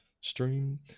stream